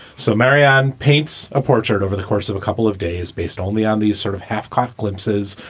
so marianne paints a portrait over the course of a couple of days based only on these sort of half-court glimpses,